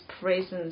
presence